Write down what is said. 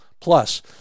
Plus